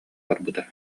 барбыта